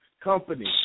Company